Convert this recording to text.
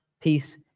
peace